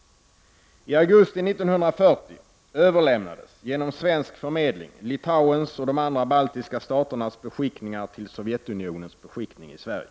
I augusti 1940 överlämnades genom svensk förmedling Litauens och de andra baltiska staternas beskickningar till Sovjetunionens beskickning i Sverige.